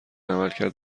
عملکرد